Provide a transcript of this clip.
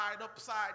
upside